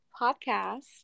podcast